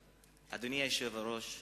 מושפע מהרוח הפילוסופית שמנסה